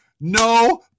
no